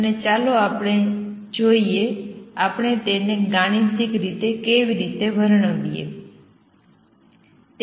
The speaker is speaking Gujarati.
અને ચાલો આપણે જોઈએ આપણે તેને ગાણિતિક રીતે કેવી રીતે વર્ણવીએ